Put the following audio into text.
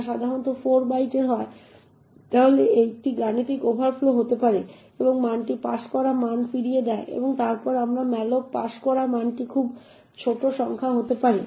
যা সাধারণত 4 বাইট হয় তাহলে একটি গাণিতিক ওভারফ্লো হতে পারে এবং মানটি পাস করা মান ফিরিয়ে দেয় এবং তারপরে ম্যালোকে পাস করা মানটি খুব ছোট সংখ্যা হতে পারে